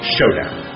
Showdown